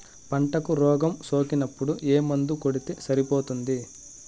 పంటకు రోగం సోకినపుడు ఏ మందు కొడితే సరిపోతుంది?